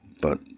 But